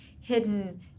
hidden